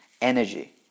energy